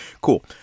cool